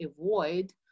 avoid